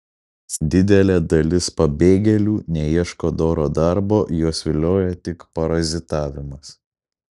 didelė dalis pabėgėlių neieško doro darbo juos vilioja tik parazitavimas